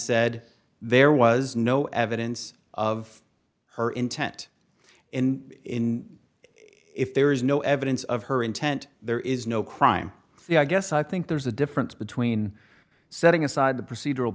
said there was no evidence of her intent in in if there is no evidence of her intent there is no crime the i guess i think there's a difference between setting aside the procedural